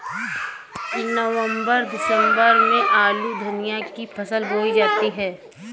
नवम्बर दिसम्बर में आलू धनिया की फसल बोई जाती है?